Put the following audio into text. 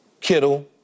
Kittle